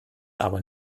aber